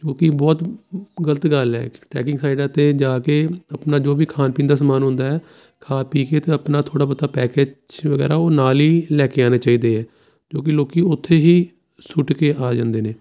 ਜੋ ਕਿ ਬਹੁਤ ਗਲਤ ਗੱਲ ਹੈ ਟਰੈਕਿੰਗ ਸਾਈਡਾਂ 'ਤੇ ਜਾ ਕੇ ਆਪਣਾ ਜੋ ਵੀ ਖਾਣ ਪੀਣ ਦਾ ਸਮਾਨ ਹੁੰਦਾ ਹੈ ਖਾ ਪੀ ਕੇ ਅਤੇ ਆਪਣਾ ਥੋੜ੍ਹਾ ਬਹੁਤਾ ਪੈਕਜ ਵਗੈਰਾ ਉਹ ਨਾਲ ਹੀ ਲੈ ਕੇ ਆਉਣੇ ਚਾਹੀਦੇ ਆ ਕਿਉਂਕਿ ਲੋਕ ਉੱਥੇ ਹੀ ਸੁੱਟ ਕੇ ਆ ਜਾਂਦੇ ਨੇ